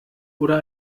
oder